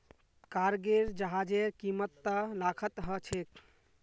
cargo जहाजेर कीमत त लाखत ह छेक